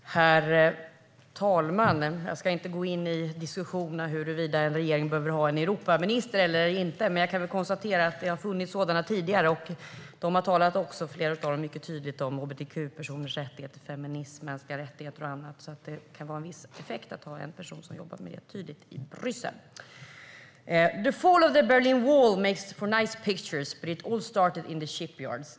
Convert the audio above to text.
Herr talman! Jag ska inte gå in i diskussionen om huruvida en regering behöver ha en Europaminister eller inte. Men jag kan konstatera att det har funnits sådana tidigare, och flera av dem har talat mycket tydligt om hbtq-personers rättigheter, feminism, mänskliga rättigheter och annat, så det kan vara en viss effekt att ha en person som jobbar tydligt med detta i Bryssel."The fall of the Berlin Wall makes for nice pictures. But it all started in the shipyards."